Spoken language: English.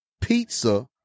pizza